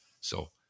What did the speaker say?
So-